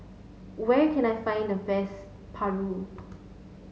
where can I find the best Paru